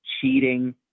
cheating